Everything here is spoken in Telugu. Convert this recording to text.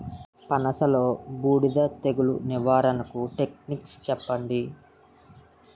పనస లో బూడిద తెగులు నివారణకు టెక్నిక్స్ చెప్పండి?